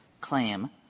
claim